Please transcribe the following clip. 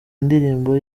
indirimbo